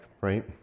right